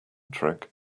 trick